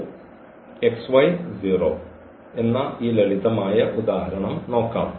Ker Im എന്നീ ഈ 2 നിർവചനങ്ങൾ ഉപയോഗിച്ച്ഉള്ള എന്ന ഈ ലളിതമായ ഉദാഹരണം നോക്കാം